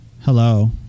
Hello